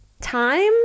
time